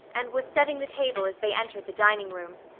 and was setting the table as they entered the dining room.